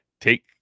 take